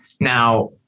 Now